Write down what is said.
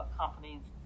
companies